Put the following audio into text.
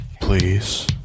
Please